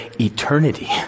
eternity